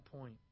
point